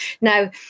Now